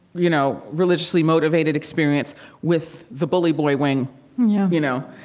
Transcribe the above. you know, religiously motivated experience with the bully-boy wing yeah you know.